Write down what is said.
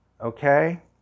Okay